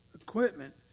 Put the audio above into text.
equipment